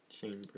chamber